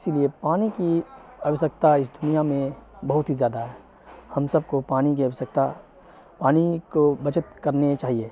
اسی لیے پانی کی آوشیکتا اس دنیا میں بہت ہی زیادہ ہے ہم سب کو پانی کی آوشیکتا پانی کو بچت کرنے چاہیے